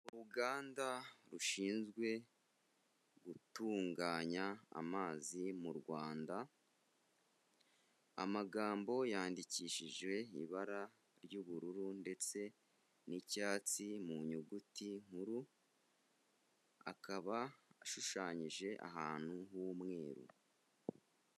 Uruganda rushinzwe gutunganya amazi mu Rwanda, amagambo yandikishije ibara ry'ubururu ndetse n'icyatsi mu nyuguti nkuru, akaba ashushanyije ahantu h'umweru.